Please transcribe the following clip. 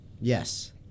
Yes